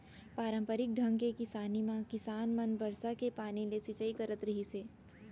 पारंपरिक ढंग के किसानी म किसान मन बरसा के पानी ले सिंचई करत रहिस हे